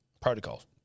Protocols